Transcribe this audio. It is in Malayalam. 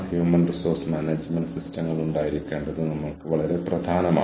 നമ്മളുടെ ഡിപ്പാർട്മെന്റിന്റെ വെബ്സൈറ്റ് നമ്മൾ വികസിപ്പിക്കുന്നു